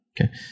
Okay